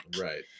Right